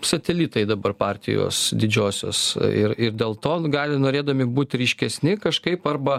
satelitai dabar partijos didžiosios ir ir dėl to gali norėdami būt ryškesni kažkaip arba